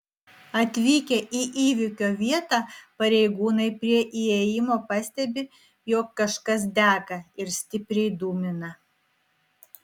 atvykę į įvykio vietą pareigūnai prie įėjimo pastebi jog kažkas dega ir stipriai dūmina